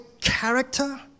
character